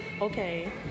okay